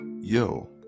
Yo